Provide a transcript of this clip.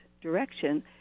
direction